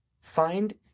find